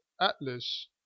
Atlas